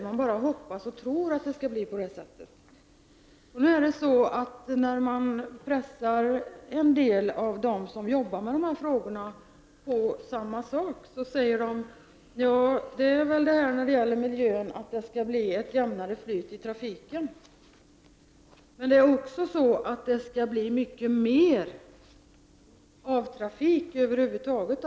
Man bara hoppas och tror att det skall bli på det sättet. När man pressar en del av dem som arbetar med dessa frågor på samma sak säger de att det här med miljön avser att det skall bli ett jämnare flyt i trafiken. Det är emellertid också så att det skall bli mycket mera trafik och vägtrafik över huvud taget.